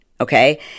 Okay